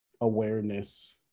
awareness